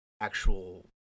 actual